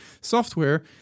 software